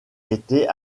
était